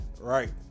Right